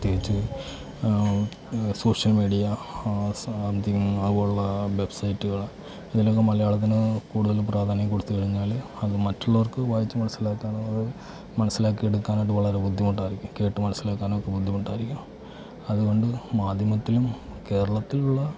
പ്രത്യേകിച്ച് social media something അതുപോലുള്ള വെബ്സൈറ്റുകൾ ഇതിലെങ്ങും മലയാളത്തിന് കൂടുതലും പ്രാധാന്യം കൊടുത്ത് കഴിഞ്ഞാൽ അത് മറ്റുള്ളവർക്ക് വായിച്ച് മനസ്സിലാക്കാനുള്ള മനസ്സിലാക്കി എടുക്കാനായിട്ട് വളരെ ബുദ്ധിമുട്ടായിരിക്കും കേട്ട് മനസ്സിലാക്കാനും ഒക്കെ ബുദ്ധിമുട്ടായിരിക്കും അതുകൊണ്ട് മാധ്യമത്തിലും കേരളത്തിലുള്ള